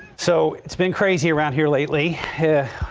so it's been crazy around here lately here.